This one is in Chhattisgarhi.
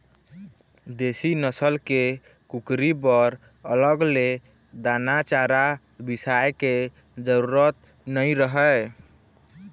देसी नसल के कुकरी बर अलग ले दाना चारा बिसाए के जरूरत नइ रहय